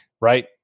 right